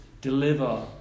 deliver